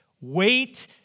Wait